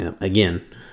again